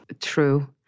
True